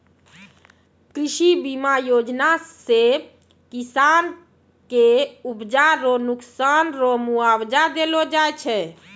कृषि बीमा योजना से किसान के उपजा रो नुकसान रो मुआबजा देलो जाय छै